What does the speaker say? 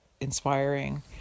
inspiring